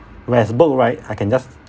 whereas book right I can just